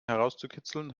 herauszukitzeln